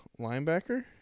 linebacker